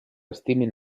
estimin